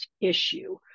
issue